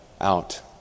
out